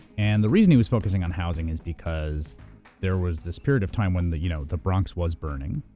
and the reason he was focusing on housing is because there was this period of time when the you know the bronx was burning,